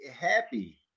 happy